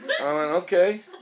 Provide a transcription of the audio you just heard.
okay